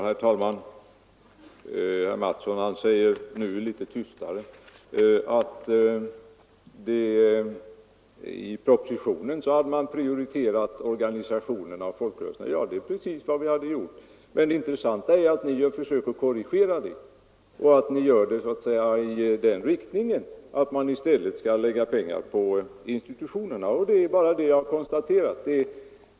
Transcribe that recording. Herr talman! Herr Mattsson i Lane-Herrestad säger — nu litet tystare — att vi i propositionen har prioriterat organisationerna och folkrörelserna. Ja, det är precis vad vi har gjort. Men det intressanta är att ni inom centern gör försök att korrigera det och i stället vill lägga pengar på institutionerna. Det är bara det jag har konstaterat.